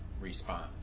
respond